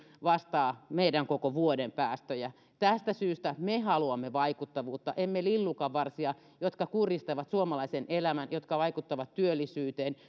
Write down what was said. vastaa meidän koko vuoden päästöjä tästä syystä me haluamme vaikuttavuutta emme lillukanvarsia jotka kurjistavat suomalaisen elämän jotka vaikuttavat työllisyyteen